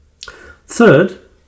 Third